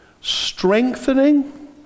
strengthening